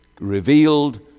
revealed